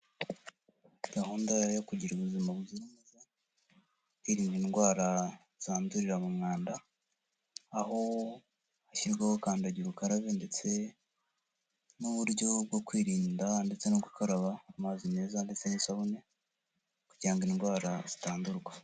Gahunda ya yo kugira ubuzima buzira umuze, kwirinda indwara zandurira mu mwanda aho hashyirirwaho kandagira ukarabe ndetse n'uburyo bwo kwirinda inda ndetse no gukaraba amazi meza ndetse n'isabune kugira ngo indwara zitandurwa.